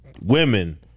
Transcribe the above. women